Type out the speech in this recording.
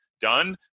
done